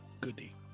goody